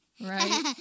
right